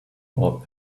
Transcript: about